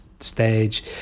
stage